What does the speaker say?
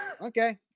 Okay